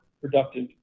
productive